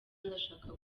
ndashaka